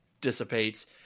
dissipates